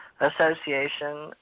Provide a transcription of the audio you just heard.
association